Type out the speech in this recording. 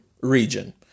region